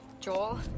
Joel